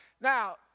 Now